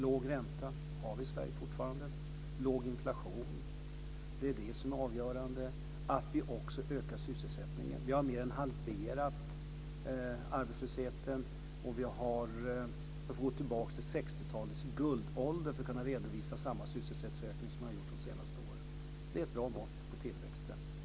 Låg ränta har vi i Sverige fortfarande, liksom låg inflation. Det är det som är avgörande och att vi också ökar sysselsättningen. Vi har mer än halverat arbetslösheten. Vi får gå tillbaks till 60-talets guldålder för att kunna redovisa samma sysselsättningsökning som har skett de senaste åren. Det är ett bra mått på tillväxten.